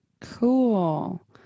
Cool